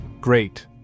Great